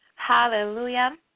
Hallelujah